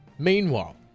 Meanwhile